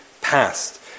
past